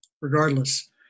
regardless